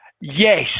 yes